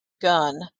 gun